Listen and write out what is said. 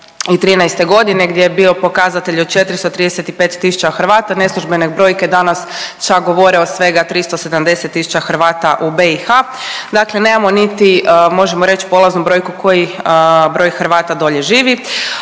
2013.g. gdje je bio pokazatelj od 435.000 Hrvata, neslužbene brojke danas čak govore o svega 370.000 Hrvata u BiH dakle nemamo niti možemo reć polaznu brojku koji broj Hrvata dolje živi.